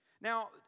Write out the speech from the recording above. Now